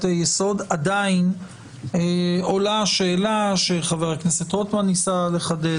יסוד עדיין עולה השאלה שחבר הכנסת רוטמן ניסה לחדד,